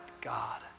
God